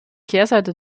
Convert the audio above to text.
kehrseite